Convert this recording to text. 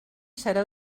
serà